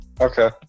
Okay